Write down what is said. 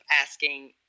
asking